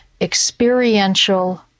experiential